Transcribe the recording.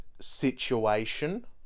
situation